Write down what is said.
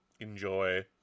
Enjoy